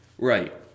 Right